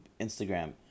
instagram